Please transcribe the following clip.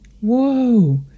whoa